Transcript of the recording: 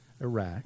Iraq